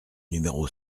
numéro